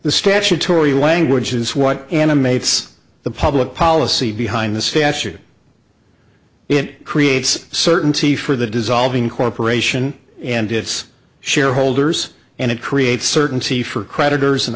the statutory language is what animates the public policy behind the statute it creates certainty for the dissolving corporation and its shareholders and it creates certainty for creditors and